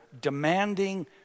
demanding